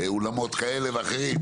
אולמות כאלה ואחרים,